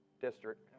district